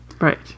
Right